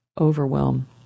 overwhelm